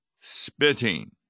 spitting